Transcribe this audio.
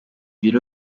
ibiro